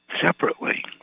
separately